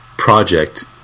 Project